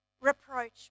reproach